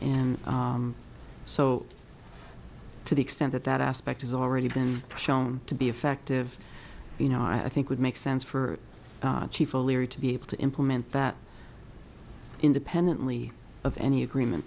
and so to the extent that that aspect is already been shown to be effective you know i think would make sense for chief o'leary to be able to implement that independently of any agreement